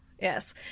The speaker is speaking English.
yes